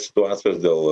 situacijos dėl